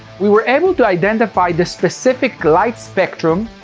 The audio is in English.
we were able to identify the specific light spectrum,